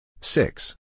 six